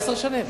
עשר שנים?